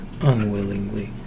unwillingly